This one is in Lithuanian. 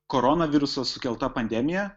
koronaviruso sukelta pandemija